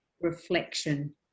reflection